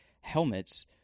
helmets